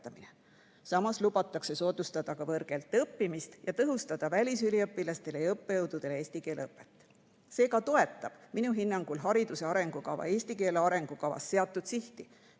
Samas lubatakse soodustada ka võõrkeelte õppimist ja tõhustada välisüliõpilaste ja õppejõudude eesti keele õpet. Seega toetab minu hinnangul hariduse arengukava eesti keele arengukavas seatud sihti: